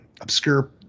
obscure